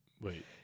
Wait